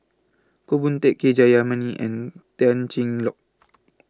Koh Hoon Teck K Jayamani and Tan Cheng Lock